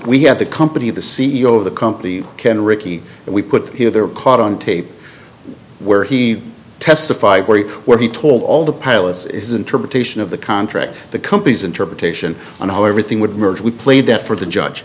we have the company of the c e o of the company ken rickey and we put him there caught on tape where he testified where he where he told all the pilots is interpretation of the contract the company's interpretation and how everything would merge we played that for the judge